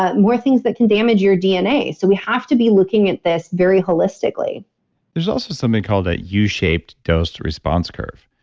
ah more things that can damage your dna. so we have to be looking at this very holistically there's also something called a u-shaped u-shaped dose response curve.